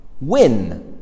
win